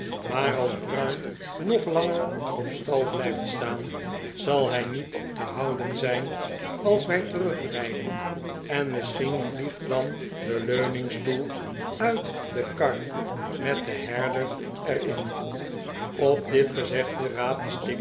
maar als bruin nog langer op stal blijft staan zal hij niet te houden zijn als wij terugrijden en misschien vliegt dan de leuningstoel uit de kar met den herder er in op dit gezegde raapte